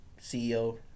CEO